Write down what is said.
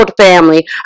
family